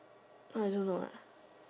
I don't know leh